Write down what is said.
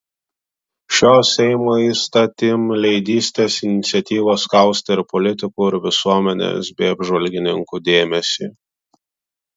šios seimo įstatymleidystės iniciatyvos kaustė ir politikų ir visuomenės bei apžvalgininkų dėmesį